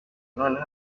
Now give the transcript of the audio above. noneho